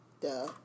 Duh